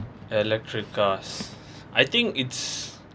electric cars I think it's